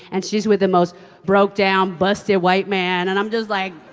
and she's with the most broke down, busted white man. and i'm just like,